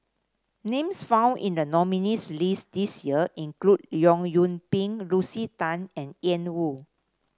names found in the nominees' list this year include Leong Yoon Pin Lucy Tan and Ian Woo